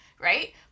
right